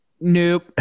Nope